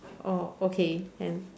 orh okay can